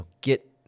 get